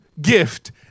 gift